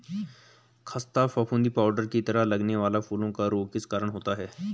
खस्ता फफूंदी पाउडर की तरह लगने वाला फूलों का रोग किस कारण होता है?